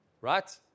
right